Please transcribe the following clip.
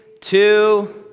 two